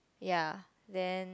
ya then